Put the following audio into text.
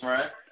Right